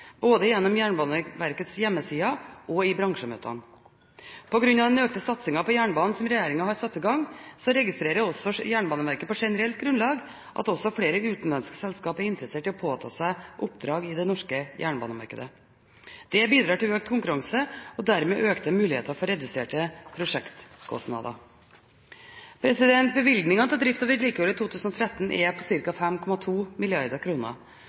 både gjennom Jernbaneverkets hjemmeside og i bransjemøter. På grunn av den økte satsingen på jernbanen som regjeringen har satt i gang, registrerer Jernbaneverket på generelt grunnlagt at også flere utenlandske selskaper er interessert i å påta seg oppdrag i det norske jernbanemarkedet. Dette bidrar til økt konkurranse og dermed økte muligheter for reduserte prosjektkostnader. Bevilgningen til drift og vedlikehold i 2013 er på